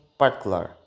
particular